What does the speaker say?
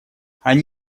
они